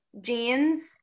jeans